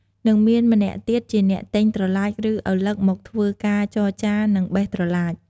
និងមានម្នាក់ទៀតជាអ្នកទិញត្រឡាចឬឪឡឹកមកធ្វើការចរចានិងបេះត្រឡាច។